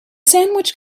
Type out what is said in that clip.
sandwich